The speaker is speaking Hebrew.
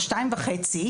או שתיים וחצי,